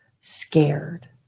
scared